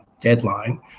deadline